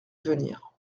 venir